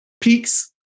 peaks